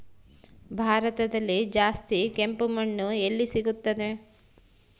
ಭಾರತದಲ್ಲಿ ಜಾಸ್ತಿ ಕೆಂಪು ಮಣ್ಣು ಎಲ್ಲಿ ಸಿಗುತ್ತದೆ?